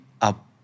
up